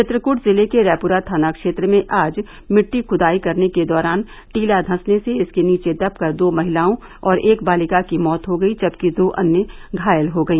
चित्रकूट जिले के रैपुरा थाना क्षेत्र में आज मिट्टी खुदाई करने के दौरान टीला धसने से इसके नीचे दबकर दो महिलाओं और एक बालिका की मौत हो गई जबकि दो अन्य घायल हो गई